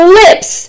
lips